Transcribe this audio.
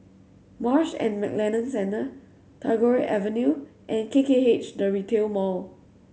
Marsh and McLennan Centre Tagore Avenue and K K H The Retail Mall